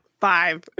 Five